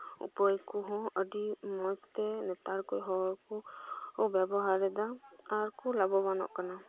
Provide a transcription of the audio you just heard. ᱩᱯᱟᱹᱭ ᱠᱚᱦᱚᱸ ᱟᱹᱰᱤ ᱢᱚᱸᱡᱽᱛᱮ ᱱᱮᱛᱟᱨ ᱠᱚ ᱦᱚᱲᱠᱚ ᱵᱮᱵᱚᱦᱟᱨ ᱮᱫᱟ ᱟᱨ ᱠᱚ ᱞᱟᱵᱷᱚᱢᱟᱱᱚᱜ ᱠᱟᱱᱟ